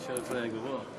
אדוני היושב-ראש,